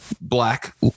black